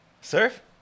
surf